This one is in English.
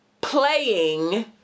playing